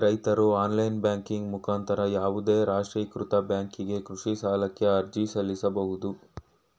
ರೈತ್ರು online banking ಮುಖಾಂತರ ಯಾವುದೇ ರಾಷ್ಟ್ರೀಕೃತ ಬ್ಯಾಂಕಿಗೆ ಕೃಷಿ ಸಾಲಕ್ಕೆ ಅರ್ಜಿ ಸಲ್ಲಿಸಬೋದು